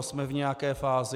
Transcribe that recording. Jsme v nějaké fázi.